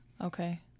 Okay